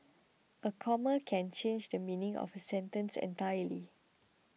a comma can change the meaning of a sentence entirely